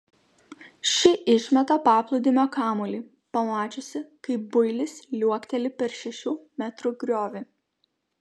ši išmeta paplūdimio kamuolį pamačiusi kaip builis liuokteli per šešių metrų griovį